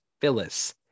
Phyllis